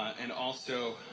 and also